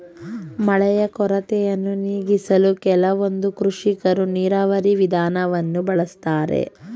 ಮಳೆಯ ಕೊರತೆಯನ್ನು ನೀಗಿಸಲು ಕೆಲವೊಂದು ಕೃಷಿಕರು ನೀರಾವರಿ ವಿಧಾನವನ್ನು ಬಳಸ್ತಾರೆ